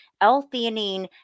L-theanine